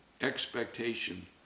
expectation